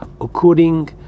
according